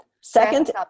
Second